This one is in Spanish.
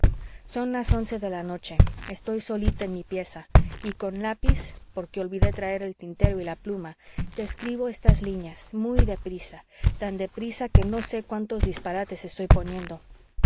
son las once de la noche estoy solita en mi pieza y con lápiz porque olvidé traer el tintero y la pluma te escribo estas lineas muy de prisa tan de prisa que no sé cuántos disparates estoy poniendo